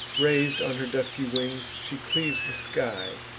rais'd on her dusky wings, she cleaves the skies,